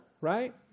right